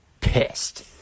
pissed